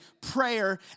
prayer